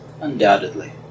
Undoubtedly